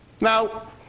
Now